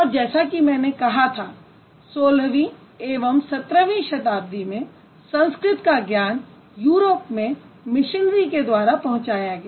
और जैसा कि मैंने कहा था 16वीं एवं 17वीं शताब्दी में संस्कृत का ज्ञान यूरोप में मिशनरी के द्वारा पहुंचाया गया